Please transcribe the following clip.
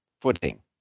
footing